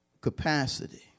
capacity